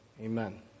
Amen